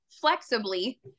flexibly